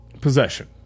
possession